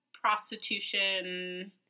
prostitution